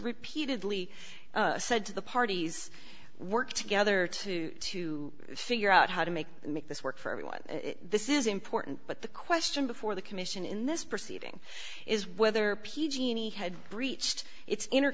repeatedly said to the parties work together to to figure out how to make make this work for everyone this is important but the question before the commission in this proceeding is whether p g and e had breached its inter